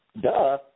Duh